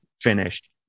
finished